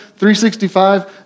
365